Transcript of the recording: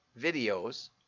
videos